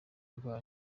rwayo